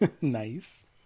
Nice